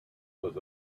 was